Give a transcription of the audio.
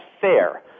fair